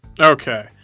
Okay